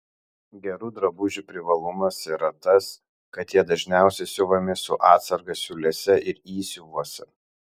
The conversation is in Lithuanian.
gerų drabužių privalumas yra tas kad jie dažniausiai siuvami su atsarga siūlėse ir įsiuvuose